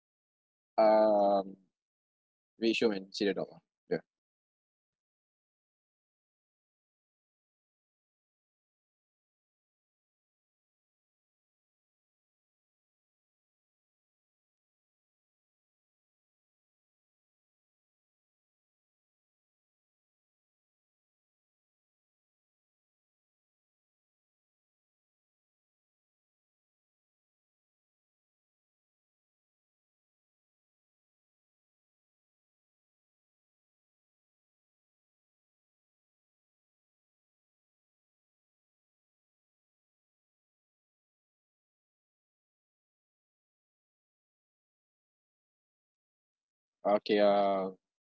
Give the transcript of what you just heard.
um very shiok man see the dog ah yeah okay um